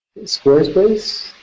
Squarespace